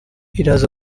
iraza